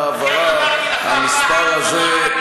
אז אני, למען ההבהרה, המספר הזה,